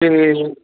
ਅਤੇ